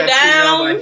down